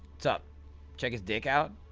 sup check his dick out?